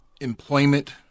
employment